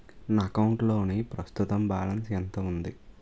నా అకౌంట్ లోని ప్రస్తుతం బాలన్స్ ఎంత ఉంది?